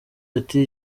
ati